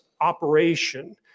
operation